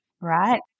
Right